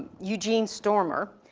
eugene stormer,